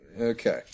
Okay